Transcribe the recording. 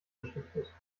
beschichtet